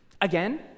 Again